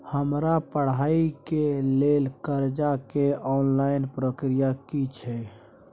हमरा पढ़ाई के लेल कर्जा के ऑनलाइन प्रक्रिया की छै?